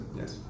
yes